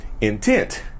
intent